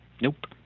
Nope